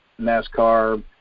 NASCAR